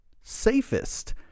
safest